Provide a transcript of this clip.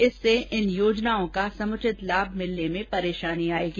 इससे इन योजनाओं का समुचित लाभ मिलने में परेशानी आएगी